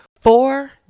Four